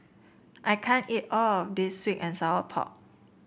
I can't eat all of this sweet and Sour Pork